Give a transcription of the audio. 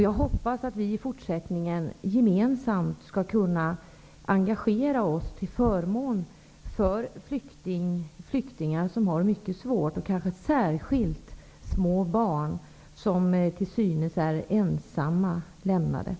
Jag hoppas att vi i fortsättningen gemensamt skall kunna engagera oss till förmån för flyktingar som har det mycket svårt och kanske särskilt små barn som till synes är lämnade ensamma.